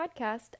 podcast